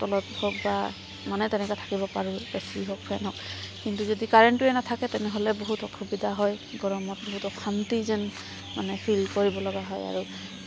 তলত হওক বা মানে তেনেকৈ থাকিব পাৰে এ চি হওক ফেন হওক কিন্তু যদি কাৰেণ্টটোৱে নাথাকে তেনেহ'লে বহুত অসুবিধা হয় গৰমত বহুত অশান্তি যেন মানে ফিল কৰিবলগা হয় আৰু